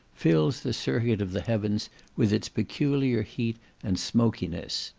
fills the circuit of the heavens with its peculiar heat and smokiness.